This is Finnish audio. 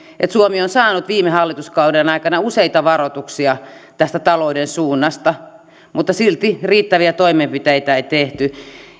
että suomi on saanut viime hallituskauden aikana useita varoituksia tästä talouden suunnasta mutta silti riittäviä toimenpiteitä ei tehty